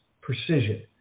precision